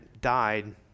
died